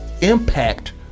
impact